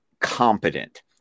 competent